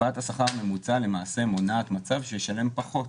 הקפאת השכר הממוצע למעשה מונעת מצב שהוא ישלם פחות